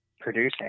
producing